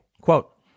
Quote